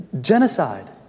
Genocide